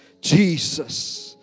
Jesus